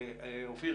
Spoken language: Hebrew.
אופיר,